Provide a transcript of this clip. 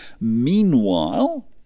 Meanwhile